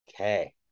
okay